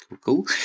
Cool